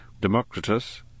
Democritus